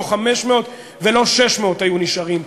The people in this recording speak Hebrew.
לא 500 ולא 600 היו נשארים,